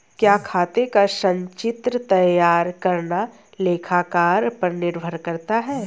क्या खाते का संचित्र तैयार करना लेखाकार पर निर्भर करता है?